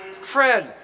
Fred